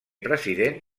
president